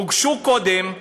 הוגשו קודם עתירות,